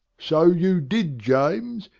so you did, james.